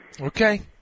Okay